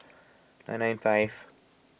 nine nine five